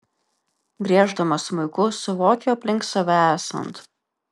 grieždama smuiku suvokiu aplink save esant